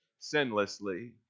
sinlessly